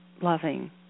loving